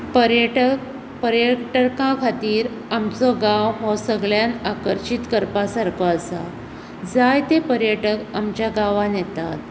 पर्यटक पर्यटकां खातीर आमचो गांव हो सगळ्यांत आकर्शीत करपा सारको आसा जायते पर्यटक आमच्या गांवांत येतात